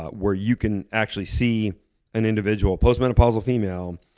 ah where you can actually see an individual, postmenopausal female,